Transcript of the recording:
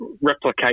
replicate